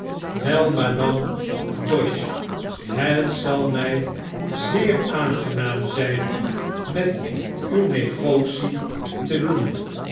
wei madame doche het zal my zeer aangenaam zyn met u negotie te doen